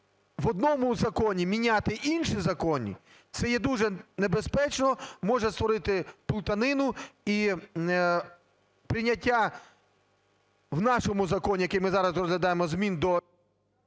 в одному законі міняти інші закони, це є дуже небезпечно, може внести плутанину, і прийняття в нашому законі, який ми зараз розглядаємо, змін до…